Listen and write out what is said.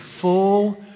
full